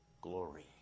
glory